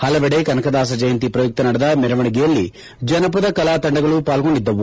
ಹಲವೆದೆ ಕನಕದಾಸ ಜಯಂತಿ ಪ್ರಯುಕ್ತ ನಡೆದ ಮೆರವಣಿಗೆಯಲ್ಲಿ ಜನಪದ ಕಲಾ ತಂಡಗಳು ಪಾಲ್ಗೊಂಡಿದ್ದವು